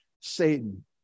Satan